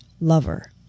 Lover